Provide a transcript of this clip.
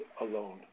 alone